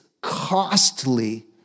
costly